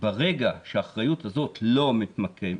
ברגע שהאחריות הזאת לא מיושמת,